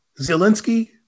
Zelensky